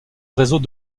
réseaux